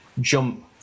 jump